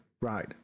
right